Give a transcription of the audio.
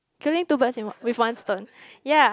killing two birds in what with one stone ya